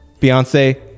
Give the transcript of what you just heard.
Beyonce